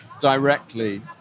directly